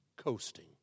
coasting